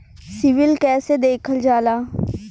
CIBIL कैसे देखल जाला?